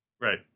Right